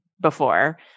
before-